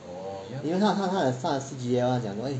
因为她她她的 C_G_L 她讲说 eh